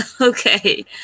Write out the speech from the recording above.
Okay